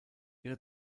ihre